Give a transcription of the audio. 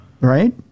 Right